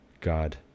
God